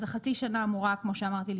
אז החצי שנה אמורה כמו שאמרתי,